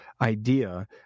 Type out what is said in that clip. idea